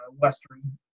Western